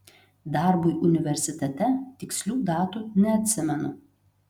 darbui universitete tikslių datų neatsimenu